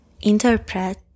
interpret